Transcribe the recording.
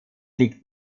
liegt